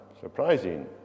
surprising